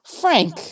Frank